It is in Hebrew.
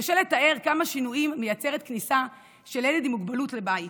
קשה לתאר כמה שינויים מייצרת כניסה של ילד עם מוגבלות לבית